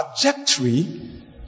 trajectory